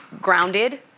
grounded